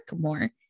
more